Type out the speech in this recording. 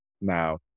Now